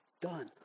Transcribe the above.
done